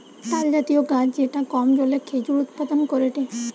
তালজাতীয় গাছ যেটা কম জলে খেজুর উৎপাদন করেটে